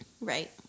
Right